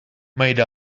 made